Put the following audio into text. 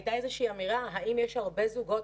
הייתה איזו שהיא אמירה האם יש הרבה זוגות,